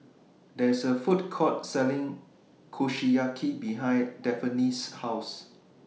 There IS A Food Court Selling Kushiyaki behind Daphne's House